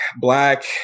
black